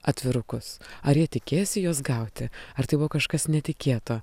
atvirukus ar jie tikėjosi juos gauti ar tai buvo kažkas netikėto